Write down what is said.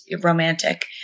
romantic